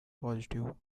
positive